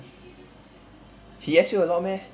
he S_U a lot meh